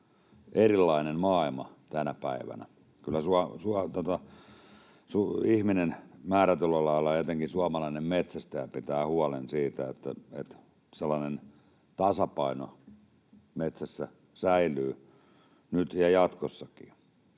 erilainen maailma tänä päivänä. Kyllä ihminen määrätyllä lailla, etenkin suomalainen metsästäjä, pitää huolen siitä, että sellainen tasapaino metsässä säilyy nyt ja jatkossakin.